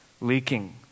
leaking